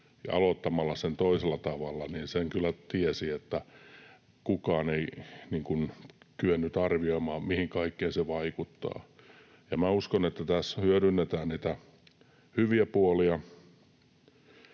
aloittamalla sen toisella tavalla, niin sen kyllä tiesi, että kukaan ei kyennyt arvioimaan, mihin kaikkeen se vaikuttaa. Minä uskon, että tässä hyödynnetään niitä hyviä puolia,